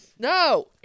No